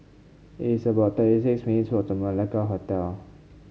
it is about thirty six minutes' walk to Malacca Hotel